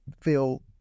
feel